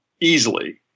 easily